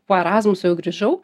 po erazmus jau grįžau